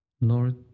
Lord